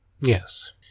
Yes